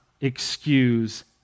excuse